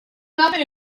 nacen